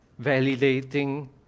validating